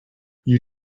you